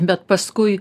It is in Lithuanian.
bet paskui